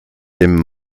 dem